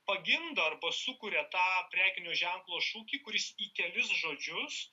pagimdo arba sukuria tą prekinio ženklo šūkį kuris į kelis žodžius